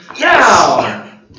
Now